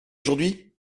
aujourd’hui